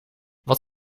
wat